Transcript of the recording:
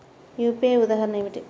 UPI ఉదాహరణ ఏమిటి?